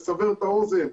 לסבר את האוזן,